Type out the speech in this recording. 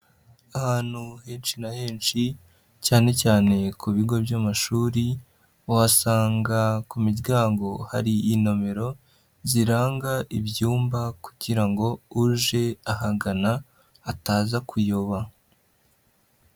Ahantu henshi na henshi ,cyane cyane ku bigo by'amashuri, wasanga ku miryango hari inomero ,ziranga ibyumba kugira ngo uje ahagana ataza kuyoba.